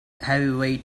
heavyweight